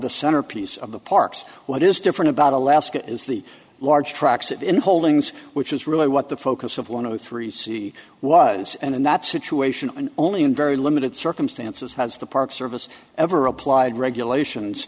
the centerpiece of the parks what is different about alaska is the large tracks in holdings which is really what the focus of one of the three see was and in that situation and only in very limited circumstances has the park service ever applied regulations